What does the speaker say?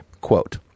quote